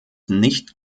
nicht